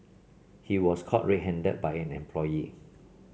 he was caught red handed by an employee